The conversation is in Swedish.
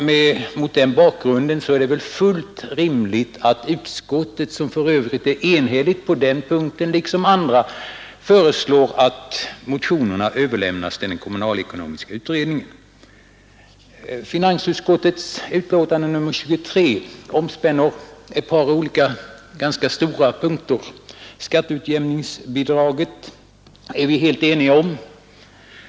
Mot den bakgrunden är det väl fullt rimligt att utskottet, som är helt enigt på denna punkt liksom på andra punkter i detta betänkande, föreslår att motionerna överlämnas till den kommunalekonomiska utredningen. Finansutskottets betänkande nr 23 omspänner ett par ganska stora frågor. Skatteutjämningsbidraget är vi helt eniga om.